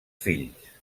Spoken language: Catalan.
fills